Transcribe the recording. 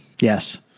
Yes